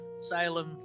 Salem